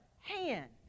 hand